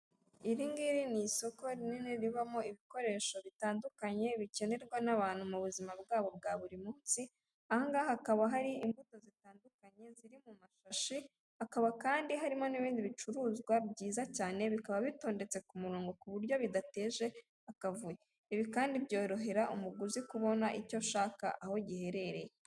Iri ngiri ni isoko rinini rivamo ibikoresho bitandukanye bikenerwa n'abantu mu buzima bwabo bwa buri munsi, ahangaha hakaba hari imbuto zitandukanye ziri mu mashashi, hakaba kandi harimo n'ibindi bicuruzwa byiza cyane bikaba bitondetse ku murongo ku buryo bidateje akavuyo. Ibi kandi byorohera umuguzi kubona icyo ashaka aho giherereye.